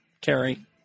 Carrie